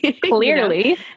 Clearly